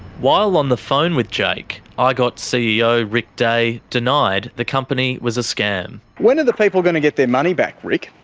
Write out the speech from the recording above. while on the phone with jake, igot's ceo rick day denied the company was a scam. when are the people going to get their money back, rick?